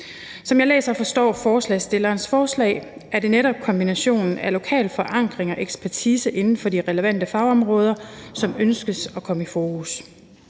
Som jeg læser og forstår forslagsstillernes forslag, er det netop kombinationen af lokal forankring og ekspertise inden for de relevante fagområder, som man ønsker kommer i fokus.